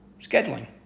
Scheduling